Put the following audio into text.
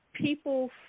people